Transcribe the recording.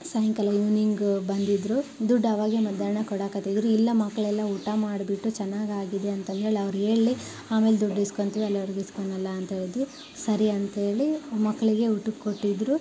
ಸಾಯಂಕಾಲ ಈವ್ನಿಂಗ್ ಬಂದಿದ್ದರು ದುಡ್ಡು ಆವಾಗೆ ಮಧ್ಯಾಹ್ನ ಕೊಡಾಕತ್ತಿದ್ರು ಇಲ್ಲ ಮಕ್ಕಳೆಲ್ಲ ಊಟ ಮಾಡಿಬಿಟ್ಟು ಚೆನ್ನಾಗಿ ಆಗಿದೆ ಅಂತಂದೇಳಿ ಅವ್ರು ಹೇಳಲಿ ಆಮೇಲೆ ದುಡ್ಡು ಈಸ್ಕೊಳ್ತೀವಿ ಅಲ್ಲಿವರೆಗೂ ಈಸ್ಕೊಳ್ಳೋಲ್ಲ ಅಂತ ಹೇಳಿದ್ವಿ ಸರಿ ಅಂಥೇಳಿ ಮಕ್ಕಳಿಗೆ ಊಟಕ್ಕೆ ಕೊಟ್ಟಿದ್ದರು